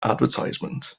advertisement